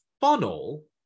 funnel